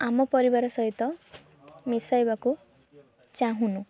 ଆମ ପରିବାର ସହିତ ମିଶାଇବାକୁ ଚାହୁଁନୁ